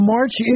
March